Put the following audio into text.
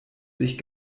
sich